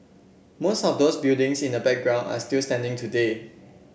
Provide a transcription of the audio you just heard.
most of those buildings in the background are still standing today